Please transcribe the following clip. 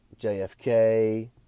JFK